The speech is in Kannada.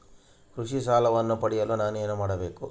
ಕೃಷಿ ಸಾಲವನ್ನು ಪಡೆಯಲು ನಾನು ಏನು ಮಾಡಬೇಕು?